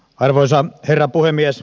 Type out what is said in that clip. arvoisa herra puhemies